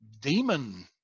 demon